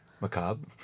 macabre